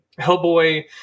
hellboy